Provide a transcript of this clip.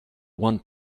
one